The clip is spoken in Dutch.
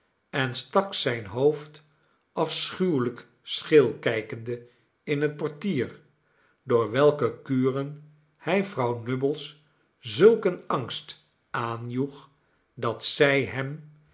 en stak zijnhoofd afschuwelijk scheel kijkende in het portier door welke kuren hij vrouw nubbles zulkeen angst aanjoeg dat zij hem